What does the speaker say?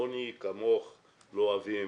אנחנו לא אוהבים